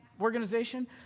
organization